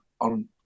on